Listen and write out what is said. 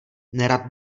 nerad